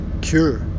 cure